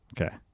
okay